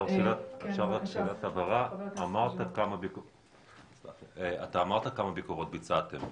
אפשר רק שאלת הבהרה: אתה אמרת כמה ביקורות ביצעתם,